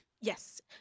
Yes